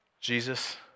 Jesus